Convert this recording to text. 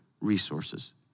resources